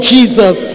Jesus